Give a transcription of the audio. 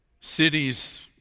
cities